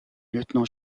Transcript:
lieutenant